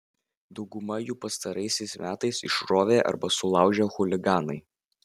daugumą jų pastaraisiais metais išrovė arba sulaužė chuliganai